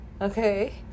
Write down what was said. Okay